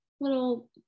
little